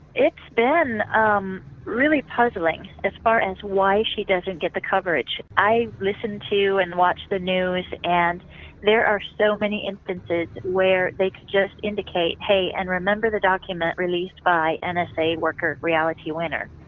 it's been um really puzzling as far as why she doesn't get the coverage. i listen to and watch the news, and there are so many instances where they could just indicate, hey, and remember the document released by and nsa worker reality winner?